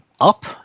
up